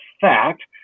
fact